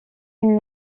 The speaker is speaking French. une